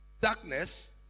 Darkness